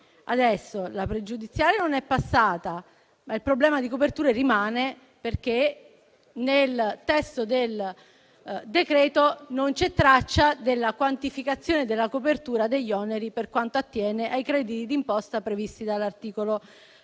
La pregiudiziale non è passata, ma il problema della copertura rimane perché nel testo del decreto-legge non c'è traccia della quantificazione della copertura degli oneri per quanto attiene ai crediti di imposta previsti dall'articolo 16